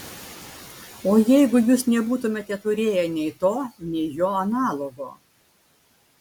o jeigu jūs nebūtumėte turėję nei to nei jo analogo